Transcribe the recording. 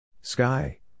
Sky